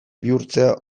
bihurtzea